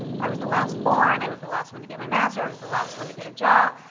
i was the last born, i was the last one to get my master, i was the last one to get a job,